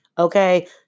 Okay